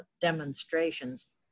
demonstrations